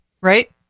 right